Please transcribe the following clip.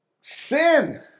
sin